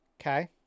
Okay